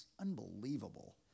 unbelievable